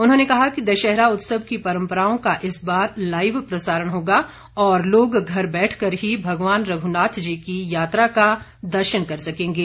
उन्होंने कहा कि दशहरा उत्सव की परंपराओं का इस बार लाईव प्रसारण होगा और लोग घर बैठकर ही भगवान रघुनाथ जी की यात्रा का दर्शन कर सकेंगे